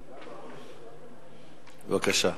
בבקשה.